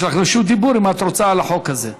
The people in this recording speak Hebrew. יש לך רשות דיבור, אם את רוצה, על החוק הזה,